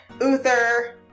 Uther